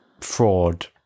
fraud